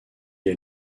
est